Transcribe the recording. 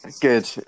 Good